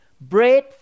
bread